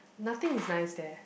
nothing is nice there